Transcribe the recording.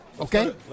Okay